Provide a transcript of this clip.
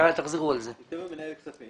מנהל כספים.